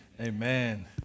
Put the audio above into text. Amen